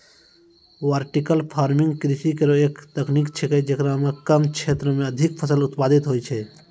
vertical farming कृषि केरो एक तकनीक छिकै, जेकरा म कम क्षेत्रो में अधिक फसल उत्पादित होय छै